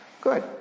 Good